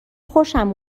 خوشم